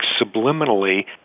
subliminally